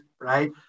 right